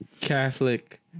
Catholic